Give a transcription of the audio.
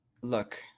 Look